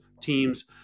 Teams